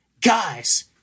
Guys